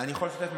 אני יכול לשתף,